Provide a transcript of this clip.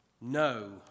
no